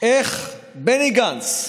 איך בני גנץ,